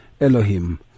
Elohim